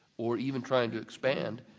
or even trying to expand,